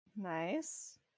Nice